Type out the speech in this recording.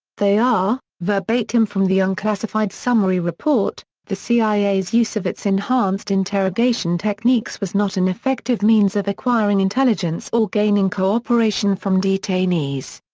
they are, verbatim from the unclassified summary report the cia's use of its enhanced interrogation techniques was not an effective means of acquiring intelligence or gaining cooperation from detainees.